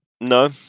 No